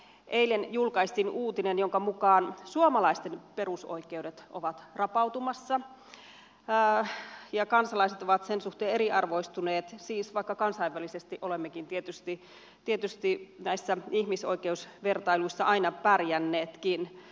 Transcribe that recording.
eilen julkaistiin uutinen jonka mukaan suomalaisten perusoikeudet ovat rapautumassa ja kansalaiset ovat niiden suhteen eriarvoistuneet siis vaikka kansainvälisesti olemmekin tietysti näissä ihmisoikeusvertailuissa aina pärjänneetkin